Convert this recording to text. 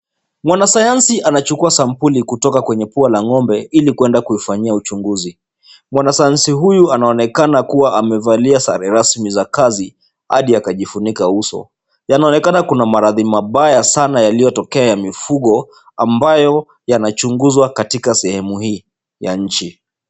Mwanasayansi anachukua sampuli kutoka kwenye pua la ng'ombe ili kuenda kuifanyia uchunguzi. Mwanasayansi huyu anaonekana kuwa amevalia sare rasmi za kazi hadi akajifunika uso. Yanaonekana kuna maradhi mabaya sana yaliyotokea ya mifugo ambayo yanachungzwa katika sehemu hii ya nchi.